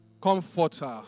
Comforter